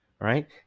Right